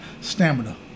stamina